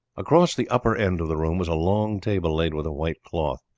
across the upper end of the room was a long table laid with a white cloth.